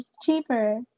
cheaper